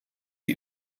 die